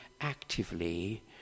actively